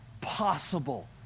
possible